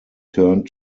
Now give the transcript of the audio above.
turned